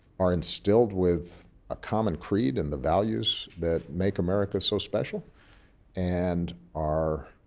are instilled with a common creed and the values that make america so special and are